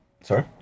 sorry